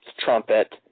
trumpet